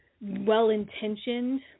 well-intentioned